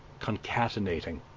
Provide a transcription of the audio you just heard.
concatenating